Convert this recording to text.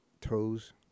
toes